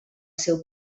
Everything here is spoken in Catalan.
seu